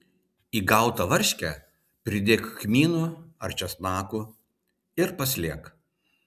į gautą varškę pridėk kmynų ar česnakų ir paslėk